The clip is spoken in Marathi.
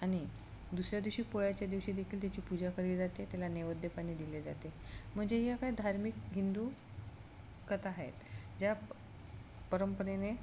आणि दुसऱ्या दिवशी पोळ्याच्या दिवशी देखील त्याची पूजा केली जाते त्याला नैवेद्य पाणी दिले जाते म्हणजे ह्या काय धार्मिक हिंदू कथा आहेत ज्या परंपरेने